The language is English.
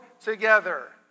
together